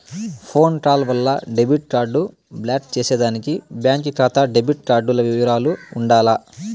phone call వల్ల debit card block చేసేదానికి బాంకీ కాతా డెబిట్ కార్డుల ఇవరాలు ఉండాల